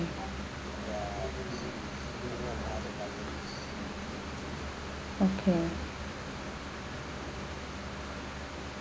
okay